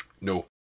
no